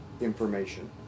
information